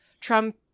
Trump